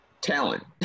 Talent